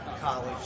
college